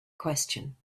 question